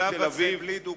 בשלב הזה בלי דוגמאות.